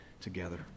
together